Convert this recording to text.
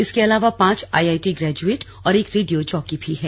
इसके अलावा पांच आईआईटी ग्रेजुएट और एक रेडियो जॉकी भी हैं